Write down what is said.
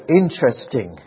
interesting